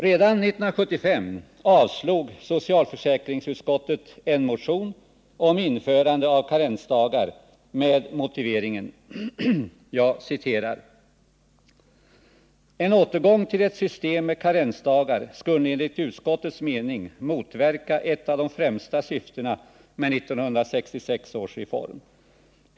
Redan 1975 avslog socialförsäkringsutskottet en motion om införande av karensdagar med följande motivering: ”En återgång till ett system med karensdagar skulle enligt utskottets mening motverka ett av de främsta syftena med 1966 års reform.